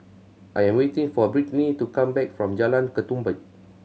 I am waiting for Britny to come back from Jalan Ketumbit